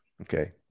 okay